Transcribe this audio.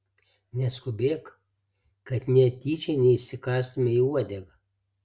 neskubėk kad netyčia neįsikąstumei į uodegą